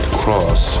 cross